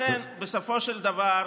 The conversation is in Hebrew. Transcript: לכן, בסופו של דבר,